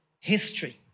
history